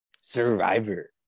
Survivor